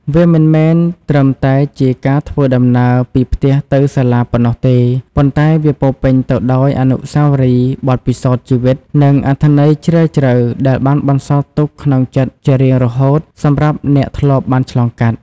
វាមិនមែនត្រឹមតែជាការធ្វើដំណើរពីផ្ទះទៅសាលាប៉ុណ្ណោះទេ ប៉ុន្តែវាពោរពេញទៅដោយ អនុស្សាវរីយ៍ បទពិសោធន៍ជីវិត និងអត្ថន័យជ្រាលជ្រៅ ដែលបានបន្សល់ទុកក្នុងចិត្តជារៀងរហូតសម្រាប់អ្នកធ្លាប់បានឆ្លងកាត់។